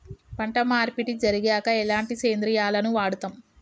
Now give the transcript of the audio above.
పంట మార్పిడి జరిగాక ఎలాంటి సేంద్రియాలను వాడుతం?